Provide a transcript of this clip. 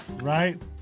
right